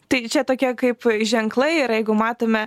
taigi čia tokie kaip ženklai yra jeigu matome